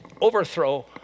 overthrow